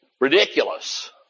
Ridiculous